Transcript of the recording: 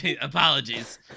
Apologies